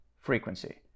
frequency